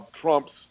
Trump's